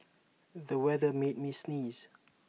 the weather made me sneeze